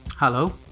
Hello